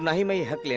and he may have